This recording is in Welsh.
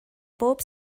bob